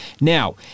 Now